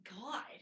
god